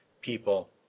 people